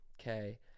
okay